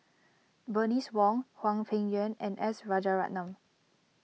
Bernice Wong Hwang Peng Yuan and S Rajaratnam